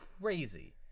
crazy